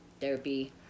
therapy